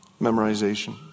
memorization